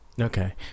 Okay